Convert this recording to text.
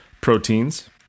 proteins